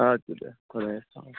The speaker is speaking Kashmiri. اَدٕ سا بیٚہہ خۅدایَس حوال